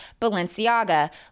Balenciaga